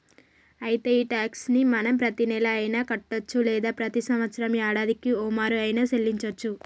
అయితే ఈ టాక్స్ ని మనం ప్రతీనెల అయిన కట్టొచ్చు లేదా ప్రతి సంవత్సరం యాడాదికి ఓమారు ఆయిన సెల్లించోచ్చు